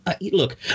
look